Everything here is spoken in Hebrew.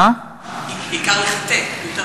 בעיקר לחטא.